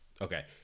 Okay